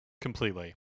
Completely